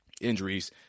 injuries